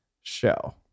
show